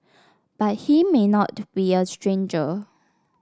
but he may not be a stranger